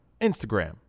Instagram